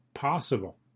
possible